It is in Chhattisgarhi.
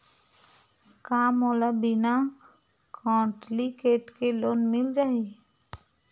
का मोला बिना कौंटलीकेट के लोन मिल जाही?